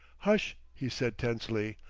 hush! he said tensely,